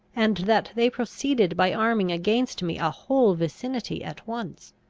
and that they proceeded by arming against me a whole vicinity at once?